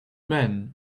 men